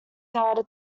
data